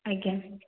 ଆଜ୍ଞା